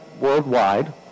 worldwide